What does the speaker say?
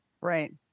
Right